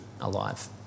alive